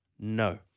No